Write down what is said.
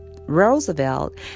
Roosevelt